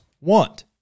want